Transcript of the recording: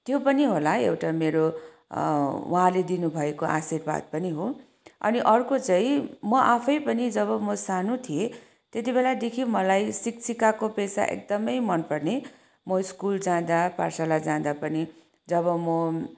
त्यो पनि होला एउटा मेरो उहाँले दिनुभएको आशीर्वाद पनि हो अनि अर्को चाहिँ म आफै पनि जब म सानो थिएँ त्यति बेलादेखि मलाई शिक्षिकाको पेसा एकदमै मनपर्ने म स्कुल जाँदा पाठशाला जाँदा पनि जब म